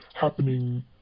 happening